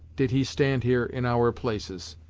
did he stand here in our places.